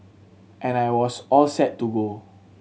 and I was all set to go